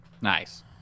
Nice